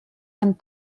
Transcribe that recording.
and